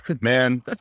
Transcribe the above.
Man